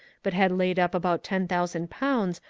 but had laid up about ten thousand pounds,